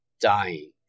dying